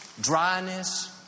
dryness